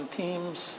teams